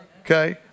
Okay